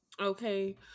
okay